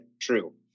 true